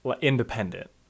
independent